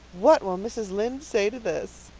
what will mrs. lynde say to this?